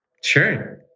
Sure